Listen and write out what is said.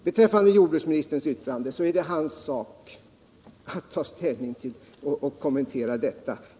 Beträffande jordbruksministerns yttrande vill jag säga att det är hans sak att lämna en kommentar.